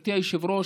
גברתי היושבת-ראש,